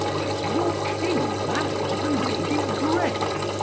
has your king married the lady grey?